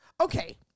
Okay